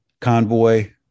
Convoy